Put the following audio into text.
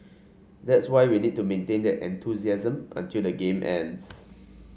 that's why we need to maintain that enthusiasm until the game ends